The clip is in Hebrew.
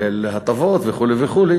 כולל הטבות וכו' וכו',